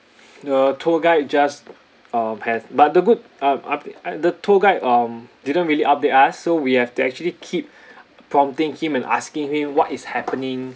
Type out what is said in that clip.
the tour guide just um have but the good um up~ update the tour guide um didn't really update us so we have to actually keep prompting him and asking him what is happening